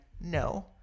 no